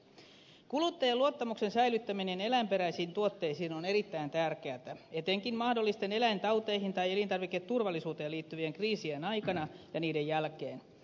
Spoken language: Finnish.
kuluttajien luottamuksen säilyttäminen eläinperäisiin tuotteisiin on erittäin tärkeätä etenkin mahdollisten eläintauteihin tai elintarviketurvallisuuteen liittyvien kriisien aikana ja niiden jälkeen